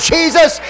Jesus